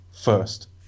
first